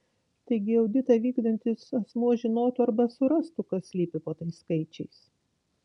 taigi auditą vykdantis asmuo žinotų arba surastų kas slypi po tais skaičiais